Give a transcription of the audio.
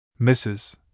Mrs